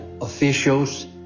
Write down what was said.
officials